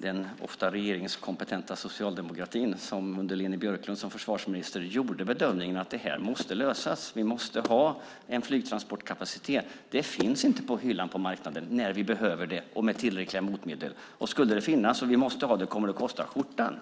den ofta regeringskompetenta socialdemokratin som under Leni Björklund som försvarsminister gjorde bedömningen att det här måste lösas. Vi måste ha en flygtransportkapacitet. Det finns inte på hyllan på marknaden med tillräckliga motmedel när vi behöver det. Skulle det finnas och vi måste ha det kommer det att kosta skjortan.